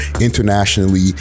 internationally